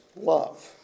love